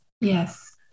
Yes